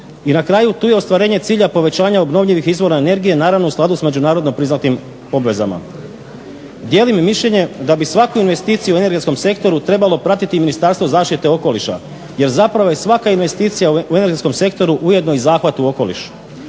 I na kraju, tu je ostvarenje cilja povećanja obnovljivih izvora energije naravno u skladu s međunarodno priznatim obvezama. Dijelim mišljenje da bi svaku investiciju u energetskom sektoru trebalo pratiti i Ministarstvo zaštite okoliša jer zapravo je svaka investicija u energetskom sektoru ujedno i zahvat u okoliš.